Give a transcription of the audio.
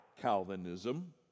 Calvinism